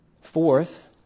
Fourth